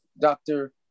doctor